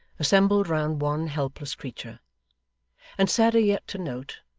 assembled round one helpless creature and sadder yet to note,